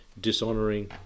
dishonouring